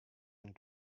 and